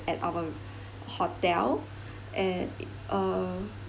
at our hotel at uh